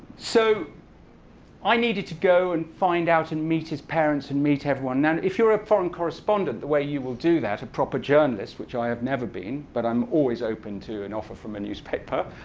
so i needed to go and find out, and meet his parents, and meet everyone. now if you're a foreign correspondent, the way you will do that a proper journalist, which i have never been, but i'm always open to an offer from a newspaper.